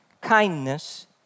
kindness